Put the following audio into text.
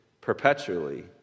perpetually